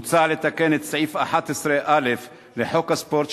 מוצע לתקן את סעיף 11א לחוק הספורט,